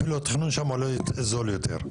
אפילו התכנון שם עולה זול יותר.